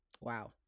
Wow